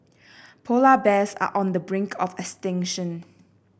polar bears are on the brink of extinction